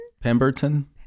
Pemberton